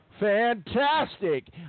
Fantastic